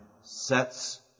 sets